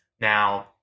Now